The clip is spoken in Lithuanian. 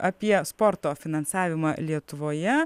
apie sporto finansavimą lietuvoje